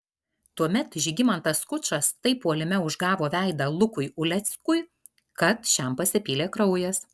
tuomet žygimantas skučas taip puolime užgavo veidą lukui uleckui kad šiam pasipylė kraujas